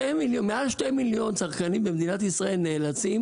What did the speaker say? מעל 2 מיליון צרכנים במדינת ישראל נאלצים